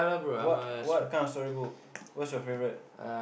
what what kind of storybook what's your favorite